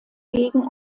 gegen